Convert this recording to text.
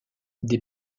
des